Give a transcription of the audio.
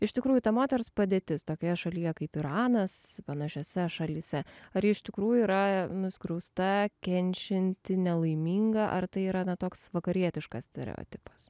iš tikrųjų ta moters padėtis tokioje šalyje kaip iranas panašiose šalyse ar iš tikrųjų yra nuskriausta kenčianti nelaiminga ar tai yra ne toks vakarietiškas stereotipas